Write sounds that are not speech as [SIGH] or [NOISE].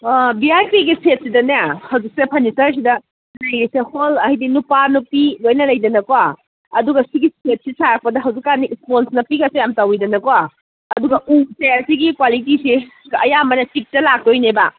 V I ꯄꯤꯒꯤ ꯁꯦꯠꯁꯤꯗꯅꯦ ꯍꯧꯖꯤꯛꯇ ꯐꯔꯅꯤꯆꯔꯁꯤꯗ [UNINTELLIGIBLE] ꯍꯣꯜ ꯍꯥꯏꯗꯤ ꯅꯨꯄꯥ ꯅꯨꯄꯤ ꯂꯣꯏꯅ ꯂꯩꯗꯅꯀꯣ ꯑꯗꯨꯒ ꯁꯤꯒꯤ ꯁꯦꯠꯁꯤ ꯁꯥꯔꯛꯄꯗ ꯍꯧꯖꯤꯛꯀꯥꯟꯗꯤ ꯏꯁꯄꯣꯟꯖ ꯅꯞꯄꯤꯒꯥꯁꯨ ꯌꯥꯝ ꯇꯧꯋꯤꯗꯅꯀꯣ ꯑꯗꯨꯒ ꯎꯁꯦ ꯁꯤꯒꯤ ꯀ꯭ꯋꯥꯂꯤꯇꯤꯁꯤ ꯑꯌꯥꯝꯕꯅ ꯇꯤꯛꯇ ꯂꯥꯛꯇꯣꯏꯅꯦꯕ